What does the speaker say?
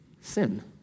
sin